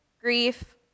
grief